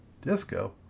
disco